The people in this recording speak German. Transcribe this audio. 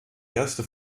erste